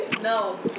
No